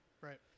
right